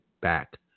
back